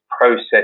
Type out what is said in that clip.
process